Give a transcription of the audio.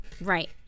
Right